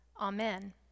amen